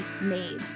made